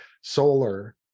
solar